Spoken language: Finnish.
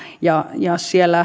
ja ja siellä